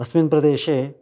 अस्मिन् प्रदेशे